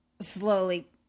slowly